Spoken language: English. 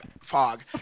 fog